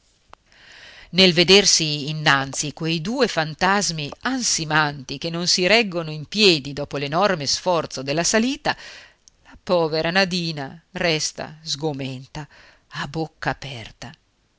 nel vedersi innanzi quei due fantasmi ansimanti che non si reggono in piedi dopo l'enorme sforzo della salita la povera nadina resta sgomenta a bocca aperta